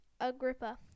Agrippa